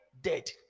dead